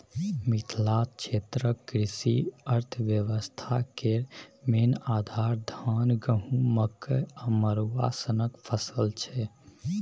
मिथिला क्षेत्रक कृषि अर्थबेबस्था केर मेन आधार, धान, गहुँम, मकइ आ मरुआ सनक फसल छै